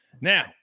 Now